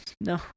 No